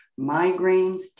migraines